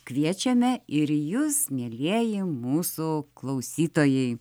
kviečiame ir jus mielieji mūsų klausytojai